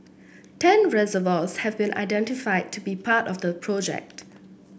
ten reservoirs have been identified to be part of the project